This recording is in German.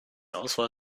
auswahl